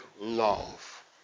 Love